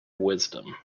wisdom